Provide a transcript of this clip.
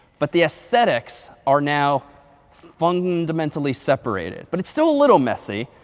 but the aesthetics are now fundamentally separated. but it's still a little messy,